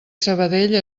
sabadell